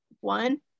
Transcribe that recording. one